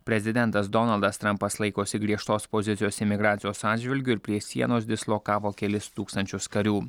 prezidentas donaldas trampas laikosi griežtos pozicijos imigracijos atžvilgiu ir prie sienos dislokavo kelis tūkstančius karių